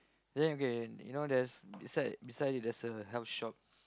then okay you know there's beside beside there's a health shop